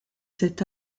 cet